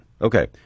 Okay